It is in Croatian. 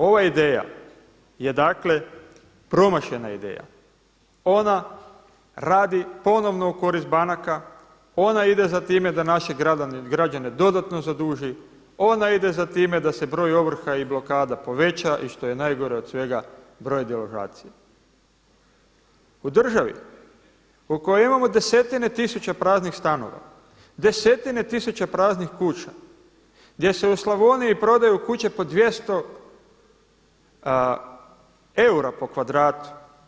Ova ideja je dakle promašena ideja, ona radi ponovno u korist banaka, ona ide za time da naše građane dodatno zaduži, ona ide za time da se broj ovrha i blokada poveća i što je najgore od svega broj deložacija, u državi u kojoj imamo desetine tisuća praznih stanova, desetine tisuća praznih kuća, gdje se u Slavoniji prodaju kuće po 200 eura po kvadratu.